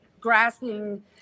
grasping